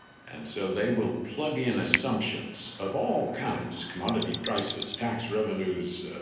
and so they will plug in assumptions of all kinds commodity prices, tax revenues,